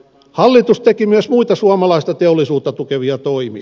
hallitus teki myös muita suomalaista teollisuutta tukevia toimia